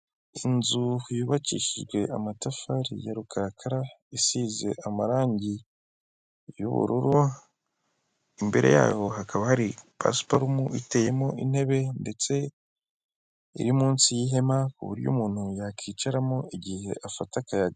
Inzu yubakishijwe amatafari ya rukarakara, isize amarangi y'ubururu, imbere yaho hakaba hari pasiparume iteyemo intebe ndetse iri munsi y'ihema ku buryo umuntu yakwicaramo igihe afata akayaga.